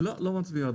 לא, לא מצביע.